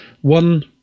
one